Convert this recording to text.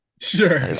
Sure